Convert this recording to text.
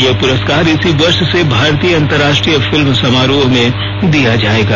यह पुरस्कार इसी वर्ष से भारतीय अंतरराष्ट्रीय फिल्म समारोह में दिया जाएगा